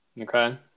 Okay